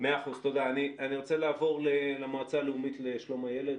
תודה אני רוצה לעבור למועצה הלאומית לשלום הילד,